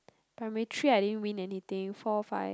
primary three I didn't win anything four five